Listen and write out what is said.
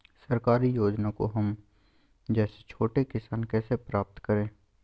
सरकारी योजना को हम जैसे छोटे किसान कैसे प्राप्त करें?